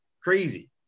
Crazy